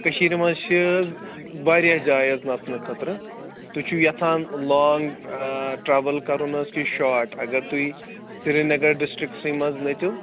کٔشیٖرِ منٛز چھِ حظ واریاہ جایہِ حظ نَژنہٕ خٲطرٕ تُہۍ چھُو یژھان لانٛگ ٹرٛیوٕل کَرُن حظ کہِ شاٹ اگر تُہۍ سریٖنگر ڈِسٹِرٛکسٕے منٛز نٔژِو